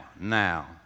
now